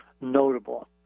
notable